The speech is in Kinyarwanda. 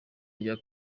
rya